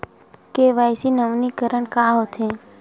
KYC नवीनीकरण का होथे?